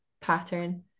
pattern